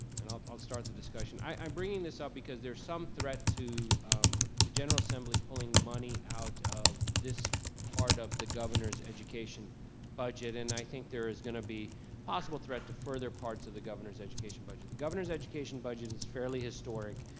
and i'll i'll start the discussion. i'm bringing this up because there's some threat to the general assembly pulling money out of this part of the governor's education budget, and i think there is gonna be possible threat to further parts of the governor's education budget. the governor's education budget is fairly historic.